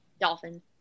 Dolphin